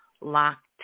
locked